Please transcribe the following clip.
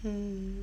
mm